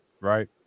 Right